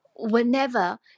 Whenever